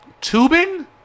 tubing